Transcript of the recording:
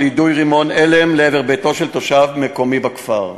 יידוי רימון הלם לעבר ביתו של תושב מקומי בכפר.